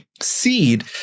seed